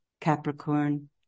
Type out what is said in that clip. Capricorn